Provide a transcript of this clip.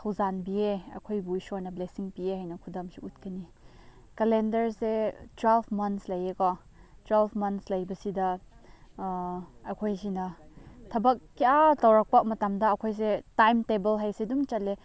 ꯊꯧꯖꯥꯟꯕꯤꯌꯦ ꯑꯩꯈꯣꯏꯕꯨ ꯏꯁꯣꯔꯅ ꯕ꯭ꯂꯦꯁꯤꯡ ꯄꯤꯌꯦ ꯍꯥꯏꯅ ꯈꯨꯗꯝꯁꯨ ꯎꯠꯀꯅꯤ ꯀꯦꯂꯦꯟꯗꯔꯁꯦ ꯇ꯭ꯋꯦꯜꯐ ꯃꯟꯁ ꯂꯩꯌꯦꯀꯣ ꯇ꯭ꯋꯦꯜꯐ ꯃꯟꯁ ꯂꯩꯕꯁꯤꯗ ꯑꯩꯈꯣꯏꯁꯤꯅ ꯊꯕꯛ ꯀꯌꯥ ꯇꯧꯔꯛꯄ ꯃꯇꯝꯗ ꯑꯩꯈꯣꯏꯁꯦ ꯇꯥꯏꯝ ꯇꯦꯕꯜ ꯍꯥꯏꯁꯦ ꯑꯗꯨꯝ ꯆꯠꯂꯦ